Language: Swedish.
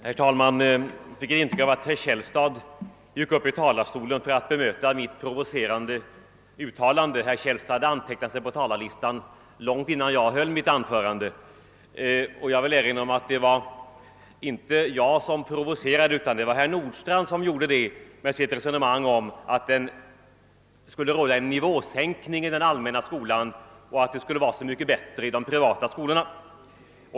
Herr talman! Jag fick inte det intrycket att herr Källstad gick upp i talarstolen för att bemöta mitt >provocerande» uttalande, ty han hade antecknat sig på talarlistan långt innan jag höll mitt anförande. Vidare vill jag erinra om att det inte var jag som provoceräde, utan det var herr Nordstrandh som gjorde det med sitt resonemang om att det skulle ha inträtt en nivåsänkning i den allmänna skolan samt att det var så mycket bättre i de privata skolorna.